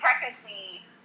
technically